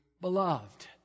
beloved